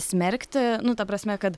smerkti nu ta prasme kad